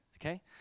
Okay